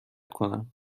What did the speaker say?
کنم